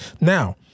Now